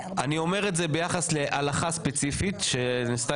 אני אומר את זה ביחס להלכה ספציפית שנעשתה